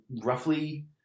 roughly